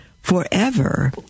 forever